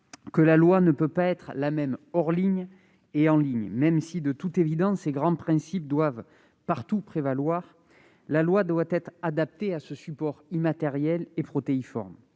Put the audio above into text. que la loi ne peut pas être la même hors ligne et en ligne. Même si, de toute évidence, ses grands principes doivent partout prévaloir, elle doit être adaptée à ce support immatériel et protéiforme.